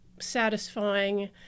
satisfying